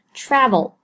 ,travel